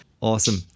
awesome